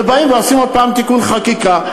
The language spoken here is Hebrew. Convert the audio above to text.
ובאים ועושים עוד הפעם תיקון חקיקה.